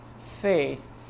faith